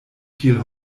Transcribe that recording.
viel